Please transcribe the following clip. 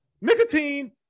nicotine